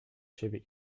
siebie